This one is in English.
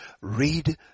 read